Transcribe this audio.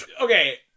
okay